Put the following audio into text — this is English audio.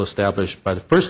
established by the first